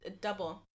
double